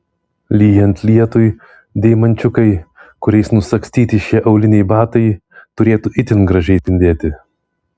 lyjant lietui deimančiukai kuriais nusagstyti šie auliniai batai turėtų itin gražiai spindėti